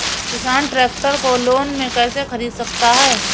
किसान ट्रैक्टर को लोन में कैसे ख़रीद सकता है?